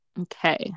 Okay